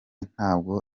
ntabwo